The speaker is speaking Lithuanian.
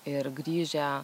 ir grįžę